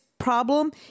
problem